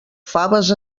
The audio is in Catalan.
faves